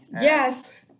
yes